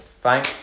Fine